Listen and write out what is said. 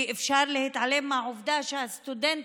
אי-אפשר להתעלם מהעובדה שהסטודנטים,